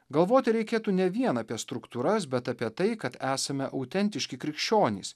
galvoti reikėtų ne vien apie struktūras bet apie tai kad esame autentiški krikščionys